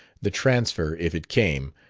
the transfer, if it came,